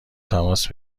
تماس